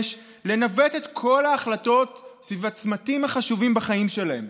לנווט את כל ההחלטות סביב הצמתים החשובים בחיים שלהם.